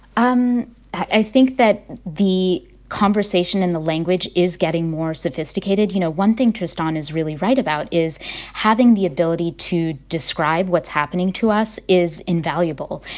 um i think that the conversation and the language is getting more sophisticated. you know, one thing tristan is really right about is having the ability to describe what's happening to us is invaluable.